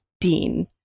dean